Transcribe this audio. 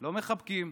לא מחבקים.